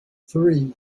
three